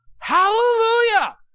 hallelujah